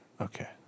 Okay